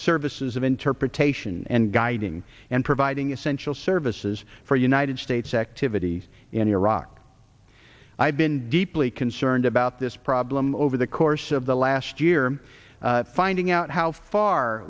services of interpretation and guiding and providing essential services for united states activities in iraq i have been deeply concerned about this problem over the course of the last year finding out how far